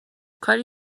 کاری